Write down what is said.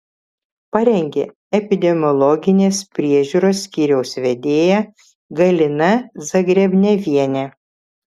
parengė epidemiologinės priežiūros skyriaus vedėja galina zagrebnevienė